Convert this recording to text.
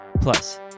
Plus